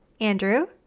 Andrew